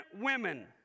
women